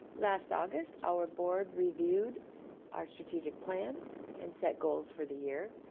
last august our board reviewed our strategic plan and set goals for the year.